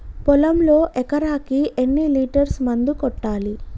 పొలంలో ఎకరాకి ఎన్ని లీటర్స్ మందు కొట్టాలి?